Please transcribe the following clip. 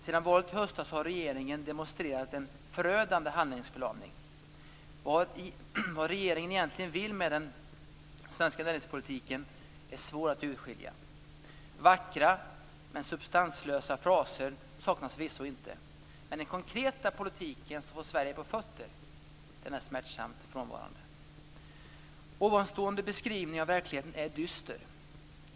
Sedan valet i höstas har regeringen demonstrerat en förödande handlingsförlamning. Vad regeringen egentligen vill med den svenska näringspolitiken är svårt att urskilja. Vackra men substanslösa fraser saknas förvisso inte. Men den konkreta politiken som får Sverige på fötter är smärtsamt frånvarande. Ovanstående beskrivning av verkligheten är dyster.